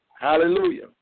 Hallelujah